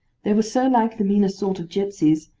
they were so like the meaner sort of gipsies,